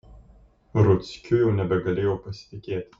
ruckiu jau nebegalėjau pasitikėti